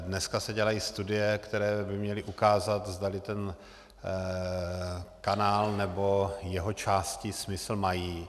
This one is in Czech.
Dneska se dělají studie, které by měly ukázat, zdali ten kanál nebo jeho části smysl mají.